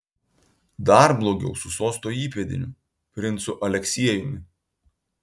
dar blogiau su sosto įpėdiniu princu aleksiejumi